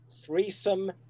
threesome